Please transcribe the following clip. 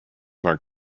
mar